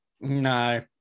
No